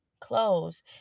clothes